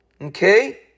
Okay